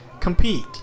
compete